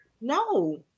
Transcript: No